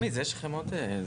שולמית, יש לכם עוד סעיף.